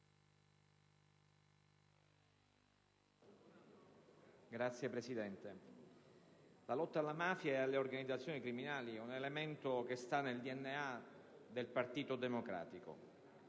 Signor Presidente, la lotta alla mafia e alle organizzazioni criminali è un elemento che sta nel DNA del Partito Democratico.